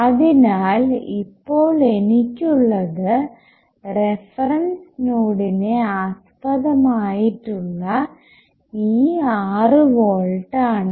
അതിനാൽ ഇപ്പോൾ എനിക്കുള്ളത് റഫറൻസ് നോഡിനെ ആസ്പദം ആയിട്ടുള്ള ഈ ആറ് വോൾട്ട് ആണ്